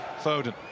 foden